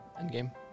Endgame